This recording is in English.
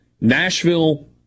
Nashville